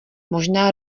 možná